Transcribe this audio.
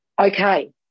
okay